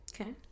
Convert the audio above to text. okay